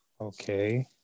Okay